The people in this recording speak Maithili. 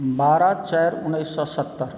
बारह चारि उन्नैस सए सत्तर